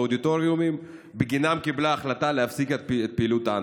ובאודיטוריומים שבגינם קיבלה את החלטה להפסיק את פעילות הענף.